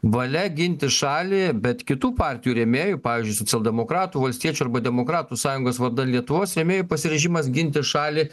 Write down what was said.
valia ginti šalį bet kitų partijų rėmėjų pavyzdžiui socialdemokratų valstiečių arba demokratų sąjungos vardan lietuvos rėmėjų pasiryžimas ginti šalį